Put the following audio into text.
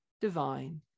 divine